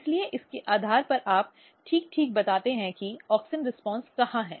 इसलिए इसके आधार पर आप ठीक ठीक बताते हैं कि ऑक्सिन रीस्पॉन्स कहाँ हैं